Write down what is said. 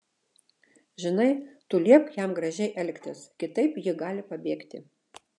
žinai tu liepk jam gražiai elgtis kitaip ji gali pabėgti